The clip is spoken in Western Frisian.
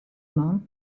man